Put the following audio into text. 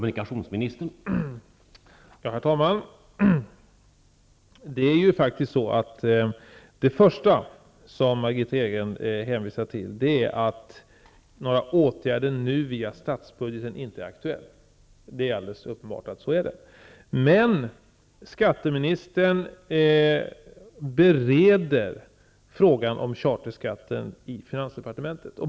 Herr talman! Det är alldeles uppenbart så att några åtgärder nu via statsbudgeten inte är aktuella. Men skatteministern bereder frågan om charterskatten i finansdepartementet.